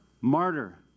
Martyr